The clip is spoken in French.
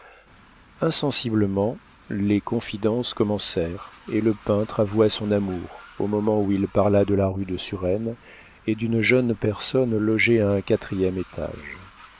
insensiblement les confidences commencèrent et le peintre avoua son amour au moment où il parla de la rue de suresne et d'une jeune personne logée à un quatrième étage